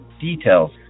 details